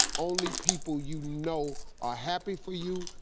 only people you know are happy for you,